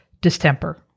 distemper